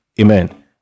Amen